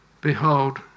behold